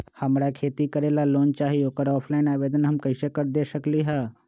हमरा खेती करेला लोन चाहि ओकर ऑफलाइन आवेदन हम कईसे दे सकलि ह?